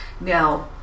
Now